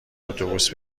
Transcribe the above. اتوبوس